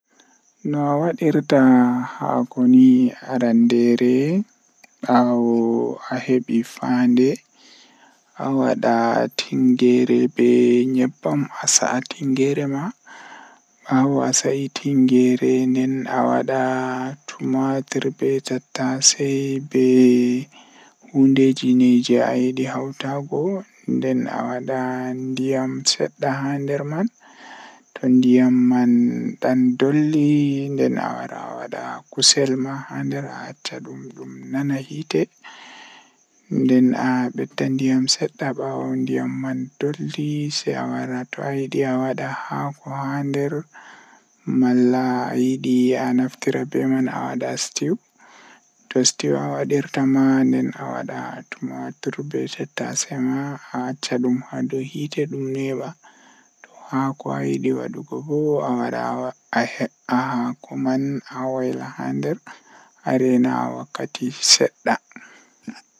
Ko njaŋnguɗi ko waawugol ngal wondi ɗoo aduna, Sabu ɗum njippita jam e waɗtuɗi waɗal ɗi ɓuri laawol. Neɗɗo waɗataa njaŋnguɗi heɓataa semmbugol waɗitde goongɗi ɗam e konngol ɗum. E waɗal ngal, Ko ɗum ndimaagu ɗi njogita waɗude laawol ngam noɗɗude laamu e njogorde ɗoo aduna.